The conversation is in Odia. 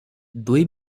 ଦୁଇ